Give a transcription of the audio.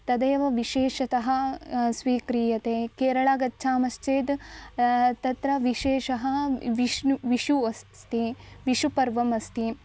तदेव विशेषतः स्वीक्रियते केरलः गच्छामश्चेद् तत्र विशेषः विशुः विशुः अस्ति स् अस्ति विशुपर्वम् अस्ति